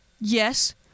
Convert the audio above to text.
yes